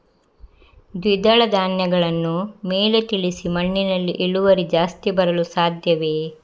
ದ್ವಿದಳ ಧ್ಯಾನಗಳನ್ನು ಮೇಲೆ ತಿಳಿಸಿ ಮಣ್ಣಿನಲ್ಲಿ ಇಳುವರಿ ಜಾಸ್ತಿ ಬರಲು ಸಾಧ್ಯವೇ?